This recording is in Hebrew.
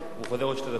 הוא חוזר בעוד שתי דקות.